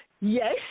Yes